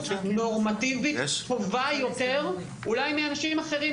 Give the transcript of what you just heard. נורמטיבית טובה יותר אולי מאנשים אחרים.